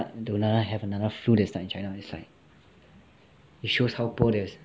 to have another to have another flu that start in china it's like it shows how pro there's